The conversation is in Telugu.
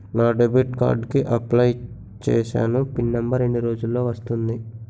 నా డెబిట్ కార్డ్ కి అప్లయ్ చూసాను పిన్ నంబర్ ఎన్ని రోజుల్లో వస్తుంది?